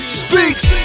speaks